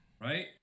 right